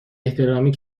احترامی